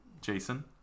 Jason